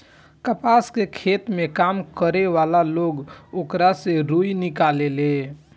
कपास के खेत में काम करे वाला लोग ओकरा से रुई निकालेले